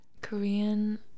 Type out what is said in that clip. Korean